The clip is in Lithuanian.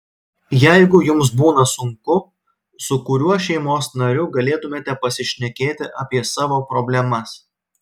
jeigu jums būna sunku su kuriuo šeimos nariu galėtumėte pasišnekėti apie savo problemas